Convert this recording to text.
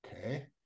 Okay